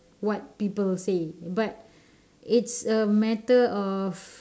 what people say but it's a matter of